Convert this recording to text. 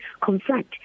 confront